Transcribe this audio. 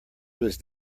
was